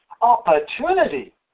opportunity